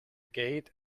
gate